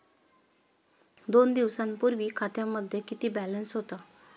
दोन दिवसांपूर्वी खात्यामध्ये किती बॅलन्स होता?